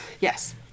yes